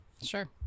Sure